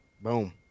Boom